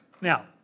Now